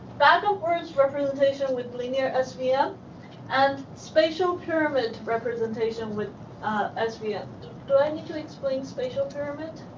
bag of words representation with linear ah svm and spatial pyramid representation with ah svm. do i need to explain spatial pyramid?